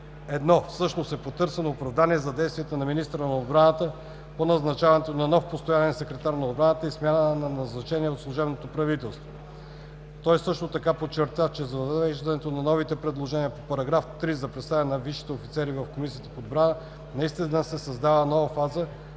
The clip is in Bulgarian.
§ 1 всъщност е потърсено оправдание за действията на министъра на отбраната по назначаването на нов постоянен секретар на отбраната и смяната на назначения от служебното правителство. Той също така подчерта, че с въвеждането на новите предложения по § 3 за представяне на висшите офицери в Комисията по отбрана наистина се създава нова фаза,